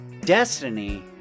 Destiny